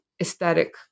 aesthetic